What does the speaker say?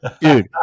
dude